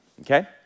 Okay